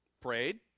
Prayed